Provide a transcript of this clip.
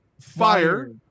Fire